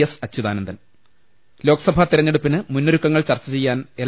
S Achuthanandan Lok Sabha തെരഞ്ഞെടുപ്പിന് മുന്നൊരുക്കങ്ങൾ ചർച്ചചെ യ്യാൻ എൽ